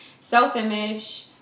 Self-image